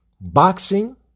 boxing